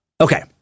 Okay